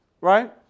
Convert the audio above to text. Right